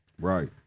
Right